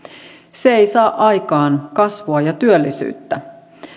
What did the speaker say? se ei saa aikaan kasvua ja työllisyyttä